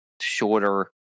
shorter